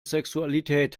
sexualität